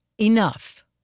enough